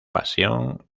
pasión